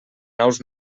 nous